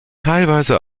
teilweise